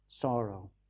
sorrow